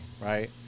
right